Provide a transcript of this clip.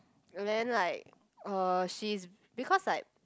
then like uh she's because like